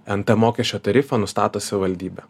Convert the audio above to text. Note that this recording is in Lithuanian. nt mokesčio tarifą nustato savivaldybė